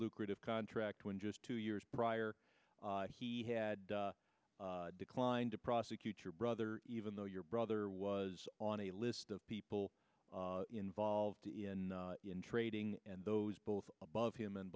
lucrative contract when just two years prior he had declined to prosecute your brother even though your brother was on a list of people involved in trading and those both above him and